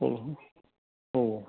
औ औ